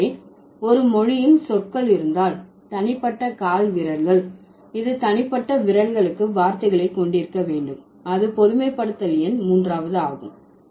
எனவே ஒரு மொழியில் சொற்கள் இருந்தால் தனிப்பட்ட கால்விரல்கள் இது தனிப்பட்ட விரல்களுக்கு வார்த்தைகளை கொண்டிருக்க வேண்டும் அது பொதுமைப்படுத்தல் எண் 3 வது ஆகும்